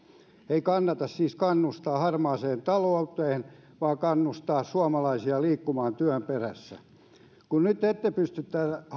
ei siis kannata kannustaa harmaaseen talouteen vaan kannustaa suomalaisia liikkumaan työn perässä kun nyt ette pysty